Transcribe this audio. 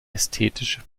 ästhetische